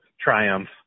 triumph